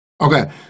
Okay